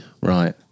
right